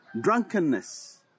drunkenness